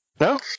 No